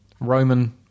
Roman